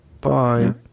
Bye